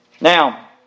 Now